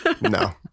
No